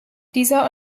dieser